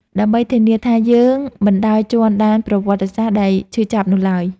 ដើម្បីធានាថាយើងមិនដើរជាន់ដានប្រវត្តិសាស្ត្រដែលឈឺចាប់នោះឡើយ។